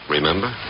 Remember